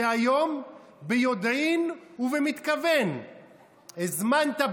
והיום ביודעין ובמתכוון הזמנת,